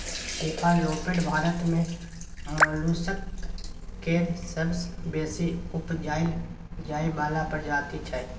cephalopod Bharat मे molluscs केर सबसँ बेसी उपजाएल जाइ बला प्रजाति छै